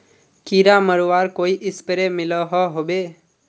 कीड़ा मरवार कोई स्प्रे मिलोहो होबे?